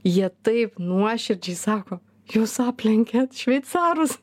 jie taip nuoširdžiai sako jūs aplenkėt šveicarus